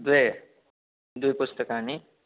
द्वे द्वे पुस्तके